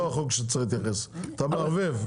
זה לא החוק שצריך להתייחס אתה מערבב,